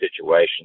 situation